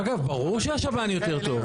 אגב, ברור שהשב"ן יותר טוב.